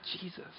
Jesus